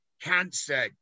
Cancer